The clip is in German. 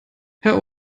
herr